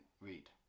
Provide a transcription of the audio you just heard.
read